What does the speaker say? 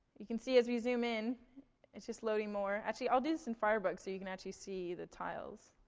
you can see as we zoom in it's just loading more. actually, i'll do this in firebug so you can actually see the tiles.